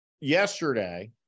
Yesterday